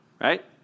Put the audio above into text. right